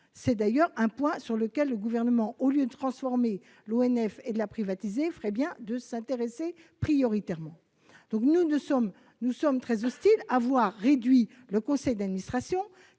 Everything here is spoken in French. C'est d'ailleurs un point auquel le Gouvernement, au lieu de transformer et de privatiser l'ONF, ferait bien de s'intéresser prioritairement. Nous sommes très hostiles au resserrement du conseil d'administration